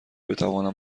بتوانم